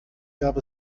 gab